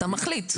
אתה מחליט,